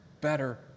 better